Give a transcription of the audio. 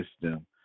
system